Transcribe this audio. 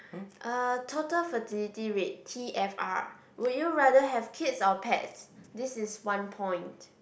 uh total fertility rate T_F_R would you rather have kids or pets this is one point